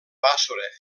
bàssora